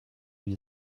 wie